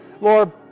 Lord